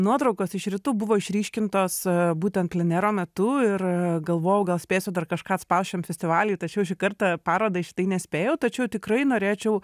nuotraukos iš rytų buvo išryškintos būtent plenero metu ir galvojau gal spėsiu dar kažką atspaust šiam festivalyje tačiau šį kartą parodai šitai nespėjau tačiau tikrai norėčiau